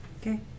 Okay